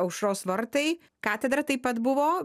aušros vartai katedra taip pat buvo